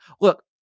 look